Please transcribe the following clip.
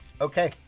okay